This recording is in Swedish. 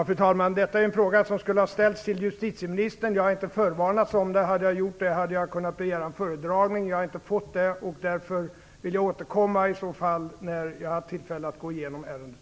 Fru talman! Det är en fråga som skulle ha ställts till justitieministern. Jag har inte förvarnats om den. Hade det skett hade jag kunnat begära en föredragning. Jag har inte fått det, och därför vill jag återkomma när jag haft tillfälle att gå igenom ärendet.